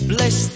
Bless